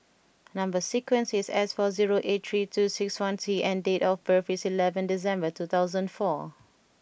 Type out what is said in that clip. number sequence is S four zero eight three two six one T and date of birth is eleven December two thousand and four